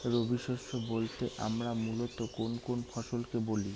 রবি শস্য বলতে আমরা মূলত কোন কোন ফসল কে বলি?